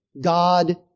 God